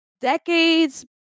decades